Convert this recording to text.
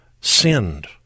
sinned